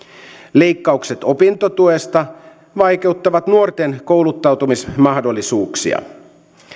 leikkaukset opintotuesta vaikeuttavat nuorten kouluttautumismahdollisuuksia